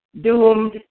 doomed